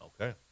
Okay